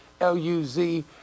L-U-Z